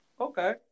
okay